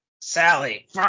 Sally